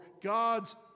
God's